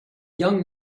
young